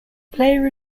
player